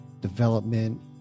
development